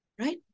right